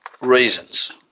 reasons